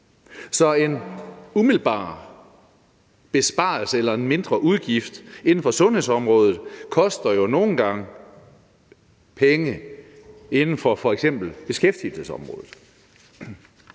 Så en umiddelbar besparelse eller en mindre udgift inden for sundhedsområdet koster jo nogle gange penge inden for f.eks. beskæftigelsesområdet.